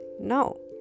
No